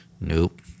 Nope